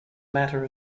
matter